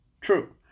True